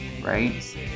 right